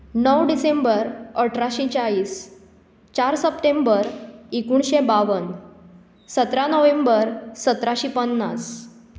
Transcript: णव डिसेंबर अठराशें चाळीस चार सप्टेंबर एकुणशें बावन सतरा नोव्हेंबर सतराशी पन्नास